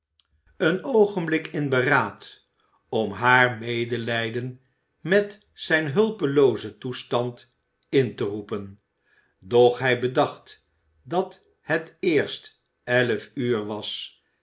een oogenblik in beraad om haar medelijden met zijn hulpeloozen toestand in te roepen doch hij bedacht dat het eerst elf uur was